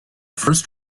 first